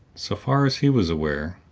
so far as he was aware,